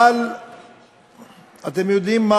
אבל אתם יודעים מה,